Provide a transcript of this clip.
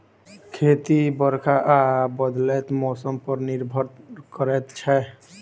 खेती बरखा आ बदलैत मौसम पर निर्भर करै छै